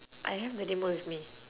I have the remote with me